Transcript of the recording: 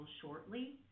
shortly